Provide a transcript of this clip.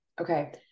Okay